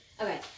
okay